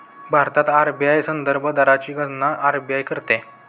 भारतात आर.बी.आय संदर्भ दरची गणना आर.बी.आय करते